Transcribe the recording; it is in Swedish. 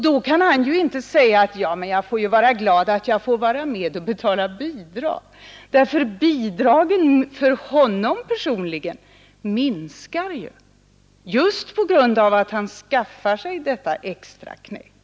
Då kan han ju inte säga att jag får vara glad att jag är med och betalar bidrag, ty bidragen för honom personligen minskar ju just på grund av att han skaffar sig detta extraknäck.